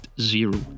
zero